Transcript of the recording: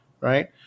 right